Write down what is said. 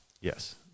Yes